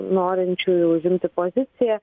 norinčiųjų užimti poziciją